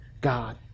God